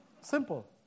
Simple